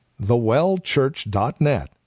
thewellchurch.net